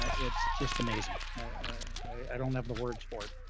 ah it's just amazing. i don't have the words for it.